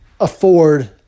afford